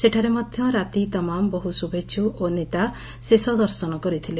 ସେଠାରେ ମଧ୍ଧ ରାତିତମାମ ବହୁ ଶୁଭେଛୁ ଓ ନେତା ଶେଷଦର୍ଶନ କରିଥବଲେ